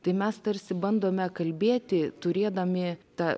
tai mes tarsi bandome kalbėti turėdami tą